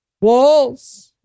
walls